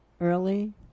Early